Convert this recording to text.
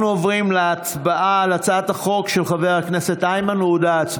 אנחנו עוברים להצבעה על הצעת החוק של חבר הכנסת איימן עודה.